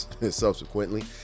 subsequently